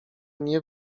nie